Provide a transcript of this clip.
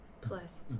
Plus